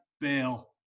bail